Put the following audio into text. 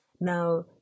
now